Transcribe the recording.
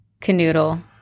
canoodle